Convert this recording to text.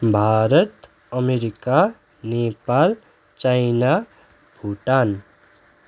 Bharat America Nepal China Bhutan